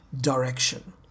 direction